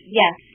yes